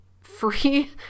free